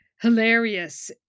hilarious